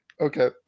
Okay